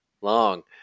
long